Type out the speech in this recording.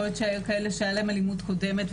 יכול להיות שהיו כאלה שהיה להם אלימות קודמת,